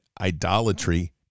idolatry